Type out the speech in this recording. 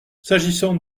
s’agissant